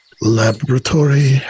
laboratory